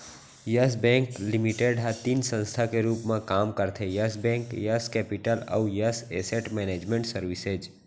yes Bank Limited ह तीन संस्था के रूप म काम करथे यस बेंक, यस केपिटल अउ यस एसेट मैनेजमेंट सरविसेज